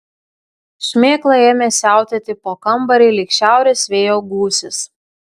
šmėkla ėmė siautėti po kambarį lyg šiaurės vėjo gūsis